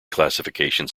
classifications